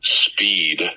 speed